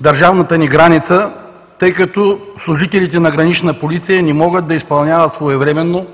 държавната ни граница, тъй като служителите на Гранична полиция не могат да изпълняват своевременно